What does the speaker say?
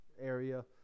area